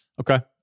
Okay